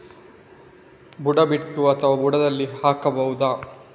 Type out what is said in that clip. ಬುಡ ಬಿಟ್ಟು ಅಥವಾ ಬುಡದಲ್ಲಿ ಹಾಕಬಹುದಾ?